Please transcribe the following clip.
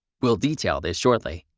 we'll detail this shortly.